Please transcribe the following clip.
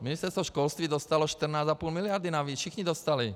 Ministerstvo školství dostalo 14,5 miliardy navíc, všichni dostali.